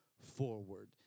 forward